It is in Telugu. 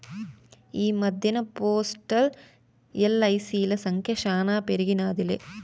ఈ మద్దెన్న పోస్టల్, ఎల్.ఐ.సి.ల సంఖ్య శానా పెరిగినాదిలే